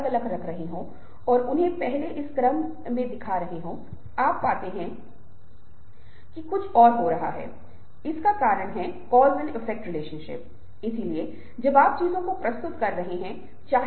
और आप देखते हैं कि जैसे जैसे हम बातचीत की इस श्रृंखला के साथ आगे बढ़ेंगे हम झूठ और सच जैसे कुछ बहुत ही रोमांचक चीजों के बारे में बात करेंगे